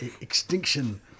Extinction